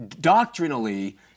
doctrinally